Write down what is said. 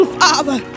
father